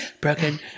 Broken